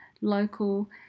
local